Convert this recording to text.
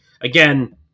Again